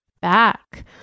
back